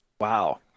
Wow